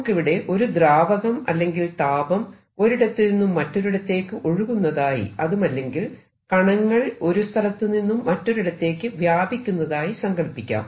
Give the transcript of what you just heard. നമുക്കിവിടെ ഒരു ദ്രാവകം അല്ലെങ്കിൽ താപം ഒരിടത്തുനിന്നും മറ്റൊരിടത്തേക്ക് ഒഴുകുന്നതായി അതുമല്ലെങ്കിൽ കണങ്ങൾ ഒരു സ്ഥലത്തുനിന്നും മറ്റൊരിടത്തേക്ക് വ്യാപിക്കുന്നതായി സങ്കല്പിക്കാം